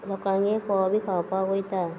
लोकांगे फोव बी खावपाक वयता